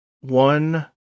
one